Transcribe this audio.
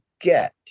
get